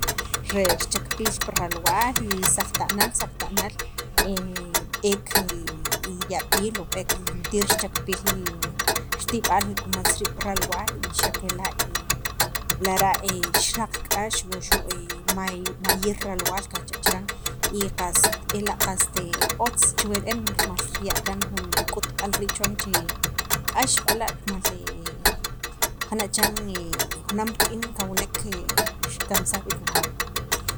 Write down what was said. Re richakpil pi ralwaal y saqta'naal, saqta'naal b'eek li yab'iil o b'eek juntir richakpiil li tib'al li kumatz rii' pi ralwaal y x' kela' lara' xiraq k'ax, wuxu' may mayir ralwaal qaj cha' chiran y qast y ela' qas otz chuwa re'en rimal riya' kaan jun k'utb'al rii' chuwan che k'ax b'ala' rimal qana' chiran junaam rik'in kawnek xirkamsaj b'iik wajaaw.